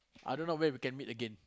I don't know when can we meet again